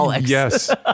Yes